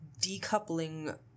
decoupling